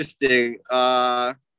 interesting